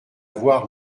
voir